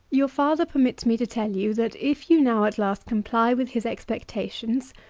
your father permits me to tell you, that if you now at last comply with his expectations,